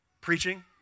Preaching